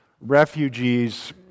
refugees